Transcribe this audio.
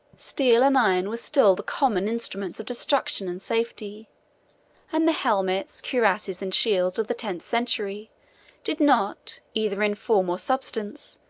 steel and iron were still the common instruments of destruction and safety and the helmets, cuirasses, and shields, of the tenth century did not, either in form or substance,